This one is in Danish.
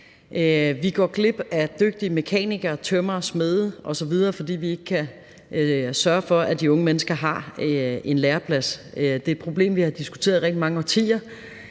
Vi går glip af dygtige mekanikere, tømrere og smede osv., fordi vi ikke kan sørge for, at de unge mennesker har en læreplads. Det er et problem, vi har diskuteret i rigtig mange årtier,